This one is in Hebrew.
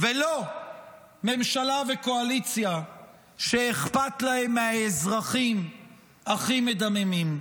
ולא ממשלה וקואליציה שאכפת להן מהאזרחים הכי מדממים.